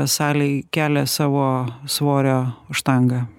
salėj kelia savo svorio štangą